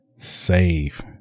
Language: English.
Save